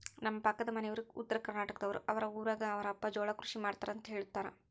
ನಮ್ಮ ಪಕ್ಕದ ಮನೆಯವರು ಉತ್ತರಕರ್ನಾಟಕದವರು, ಅವರ ಊರಗ ಅವರ ಅಪ್ಪ ಜೋಳ ಕೃಷಿ ಮಾಡ್ತಾರೆಂತ ಹೇಳುತ್ತಾರೆ